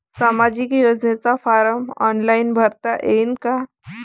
सामाजिक योजनेचा form online भरता येईन का?